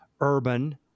urban